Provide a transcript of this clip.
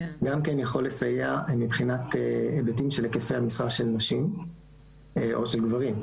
גם כן יכול לסייע מבחינת היבטים של היקפי המשרה של נשים או של גברים,